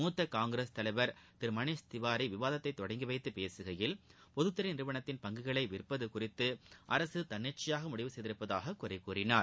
மூத்த காங்கிரஸ் தலைவர் திரு மணிஷ்திவாரி விவாதத்தை தொடங்கி வைத்து பேசுகையில் பொதுத்துறை நிறுவனத்தின் பங்குகளை விற்பது குறித்து அரசு தன்னிச்சையாக முடிவு செய்திருப்பதாக குறை கூறினார்